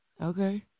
Okay